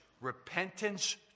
repentance